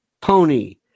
pony